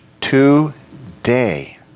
today